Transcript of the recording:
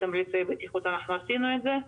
בתמריצי בטיחות אנחנו עשינו את זה,